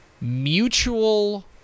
mutual